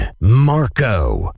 Marco